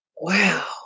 Wow